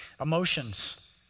Emotions